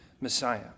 Messiah